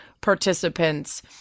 participants